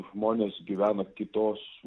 žmonės gyvena kitos